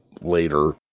later